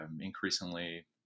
increasingly